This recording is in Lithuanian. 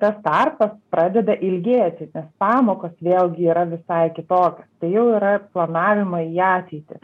tas tarpas pradeda ilgėti nes pamokos vėlgi yra visai kitokios tai jau yra planavimą į ateitį